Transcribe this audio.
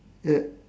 yup